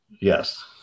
Yes